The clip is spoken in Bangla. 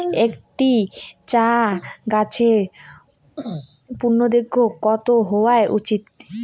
একটি চা গাছের পূর্ণদৈর্ঘ্য কত হওয়া উচিৎ?